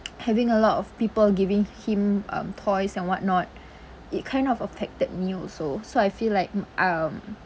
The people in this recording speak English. having a lot of people giving him um toys and whatnot it kind of affected me also so I feel like um